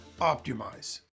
optimize